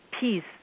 peace